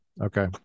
Okay